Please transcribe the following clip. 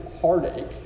heartache